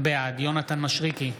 בעד יונתן מישרקי,